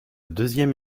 deuxième